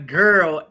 girl